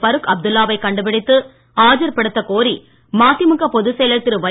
பரூக் அப்துல்லாவை கண்டுபிடித்து ஆஜர்படுத்தக் கோரி மதிமுக பொதுச் செயலர் திரு வை